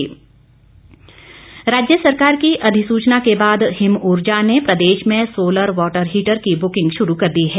हिमऊर्जा राज्य सरकार की अधिसूचना के बाद हिमऊर्जा ने प्रदेश में सोलर वाटर हीटर की बुकिंग शुरू कर दी है